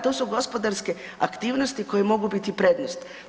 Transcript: Tu su gospodarske aktivnosti koje mogu biti prednost.